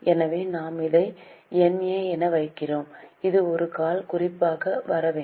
எனவே நாம் அதை NA என வைக்கிறோம் இது ஒரு கால் குறிப்பாக வர வேண்டும்